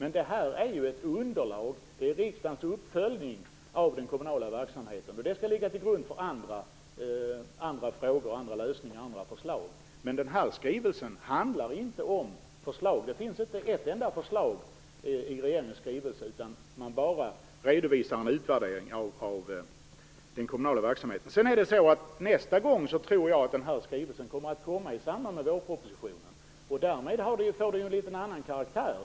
Men detta handlar ju om ett underlag till riksdagens uppföljning av den kommunala verksamheten, vilket skall ligga till grund för andra frågor, lösningar och förslag. Men regeringens skrivelse innehåller inte ett enda förslag utan bara en redovisning och utvärdering av den kommunala verksamheten. Jag tror att den här typen av skrivelse nästa gång kommer att presenteras i samband med vårpropositionen. Därmed får den en litet annorlunda karaktär.